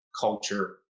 culture